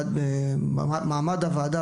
במעמד הוועדה,